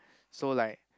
so like